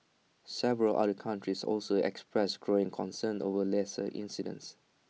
several other countries also expressed growing concern over laser incidents